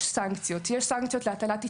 יש סנקציות להטלת עיצומים,